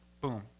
boom